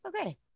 Okay